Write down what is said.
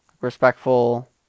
respectful